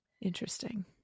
Interesting